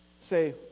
say